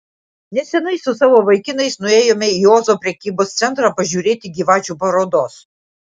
neseniai su savo vaikinais nuėjome į ozo prekybos centrą pažiūrėti gyvačių parodos